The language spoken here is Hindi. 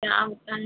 क्या बताएँ